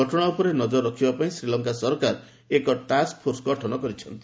ଘଟଣା ଉପରେ ନଜର ରଖିବାପାଇଁ ଶ୍ରୀଲଙ୍କା ସରକାର ଏକ ଟାସ୍କ ଫୋର୍ସ ଗଠନ କରିଛନ୍ତି